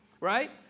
right